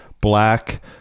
black